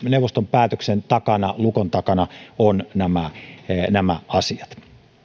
päätöksen takana lukon takana on nämä nämä asiat